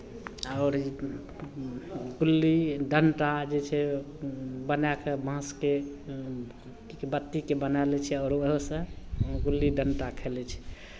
आओर गुल्ली डण्टा जे छै बनाए कऽ बाँसके बत्तीके बनाए लै छै आओर ओहोसँ गुल्ली डण्टा खेलै छै